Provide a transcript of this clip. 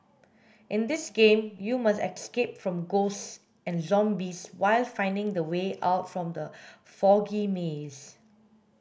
in this game you must escape from ghosts and zombies while finding the way out from the foggy maze